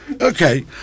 Okay